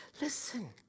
listen